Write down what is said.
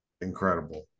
Incredible